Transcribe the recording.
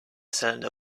cylinder